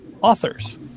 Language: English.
authors